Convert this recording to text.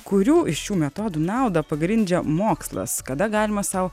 kurių iš šių metodų naudą pagrindžia mokslas kada galima sau